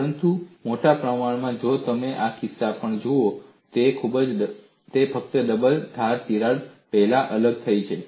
પરંતુ મોટા પ્રમાણમાં જો તમે આ કિસ્સામાં પણ જુઓ તો તે ફક્ત ડબલ ધાર તિરાડ પહેલા અલગ થઈ ગઈ છે